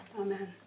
Amen